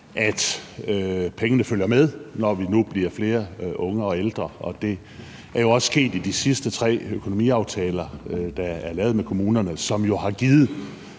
at pengene følger med, når vi nu bliver flere unge og ældre. Det er også sket i de seneste tre økonomiaftaler, der er lavet med kommunerne, hvor man jo har givet